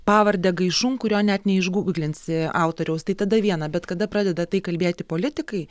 pavarde gaišum kurio net neišgūglinsi autoriaus tai tada viena bet kada pradeda tai kalbėti politikai